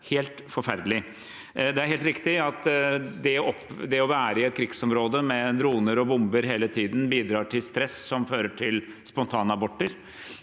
helt forferdelig. Det er helt riktig at å være i et krigsområde med droner og bomber hele tiden bidrar til stress som fører til spontanaborter.